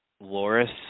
Loris